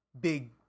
big